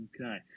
Okay